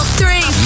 three